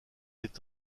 est